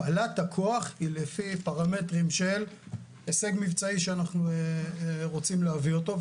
הפעלת הכוח היא לפי פרמטרים של הישג מבצעי שאנחנו רוצים להביא אותו.